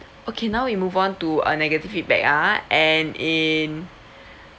okay now we move on to uh negative feedback ah and in